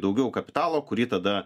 daugiau kapitalo kurį tada